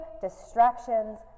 distractions